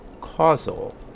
Causal